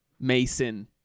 Mason